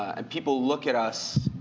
and people look at us,